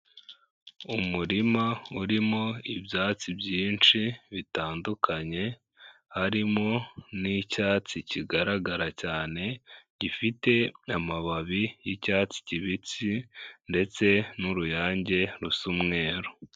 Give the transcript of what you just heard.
Umurima urimo ibyatsi byinshi bitandukanye, harimo n'icyatsi kigaragara cyane gifite amababi y'icyatsi kibisi ndetse n'uruyange rusa umweru.